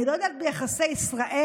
אני לא יודעת ביחסי ישראל-עבאס,